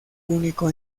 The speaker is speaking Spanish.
único